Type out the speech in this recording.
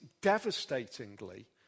devastatingly